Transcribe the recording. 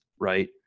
right